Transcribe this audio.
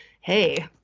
hey